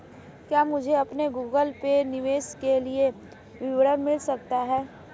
क्या मुझे अपने गूगल पे निवेश के लिए विवरण मिल सकता है?